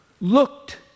looked